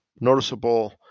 noticeable